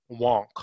wonk